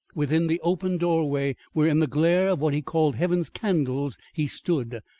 within the open doorway where in the glare of what he called heaven's candles he stood,